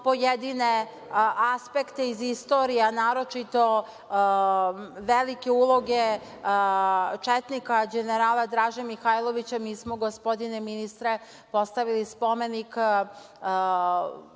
pojedine aspekte iz istorije, a naročito velike uloge četnika đenerala Draže Mihajlovića, mi smo, gospodine ministre, postavili spomenik